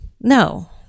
no